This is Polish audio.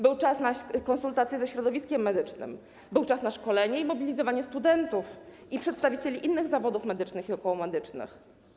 Był czas na konsultacje ze środowiskiem medycznym, był czas na szkolenie i mobilizowanie studentów i przedstawicieli innych zawodów medycznych i okołomedycznych.